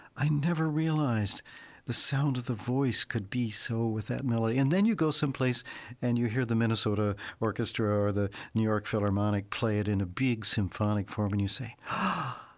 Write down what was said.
i never realized the sound of the voice could be so with that melody. and then you go someplace and you hear the minnesota orchestra or the new york philharmonic play it in a big symphonic form and you say, ah!